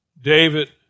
David